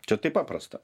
čia taip paprasta